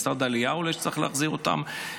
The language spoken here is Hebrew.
למשרד העלייה אולי צריך להחזיר אותם,